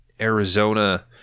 Arizona